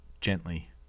gently